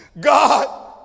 God